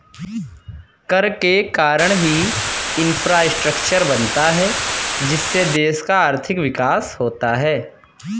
कर के कारण है इंफ्रास्ट्रक्चर बनता है जिससे देश का आर्थिक विकास होता है